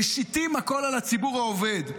משיתים הכול על הציבור העובד.